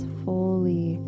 fully